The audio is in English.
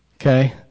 okay